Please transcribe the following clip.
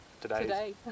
today